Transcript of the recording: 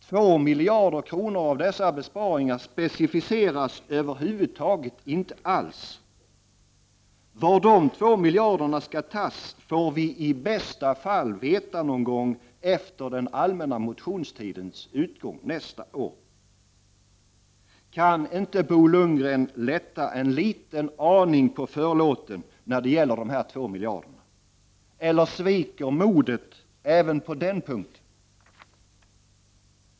2 miljarder kronor av dessa specificeras över huvud taget inte alls. Var de skall tas får vi i bästa fall veta någon gång efter den allmänna motionstiden nästa år. Kan inte Bo Lundgren lätta en liten aning på förlåten när det gäller dessa 2 miljarder? Eller sviker modet även på den punkten?